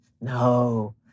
No